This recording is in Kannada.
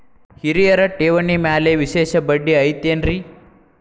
ಹಿರಿಯರ ಠೇವಣಿ ಮ್ಯಾಲೆ ವಿಶೇಷ ಬಡ್ಡಿ ಐತೇನ್ರಿ?